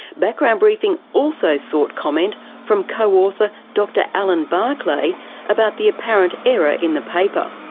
background briefing also sought comment from co-author dr alan barclay about the apparent error in the paper.